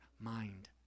mind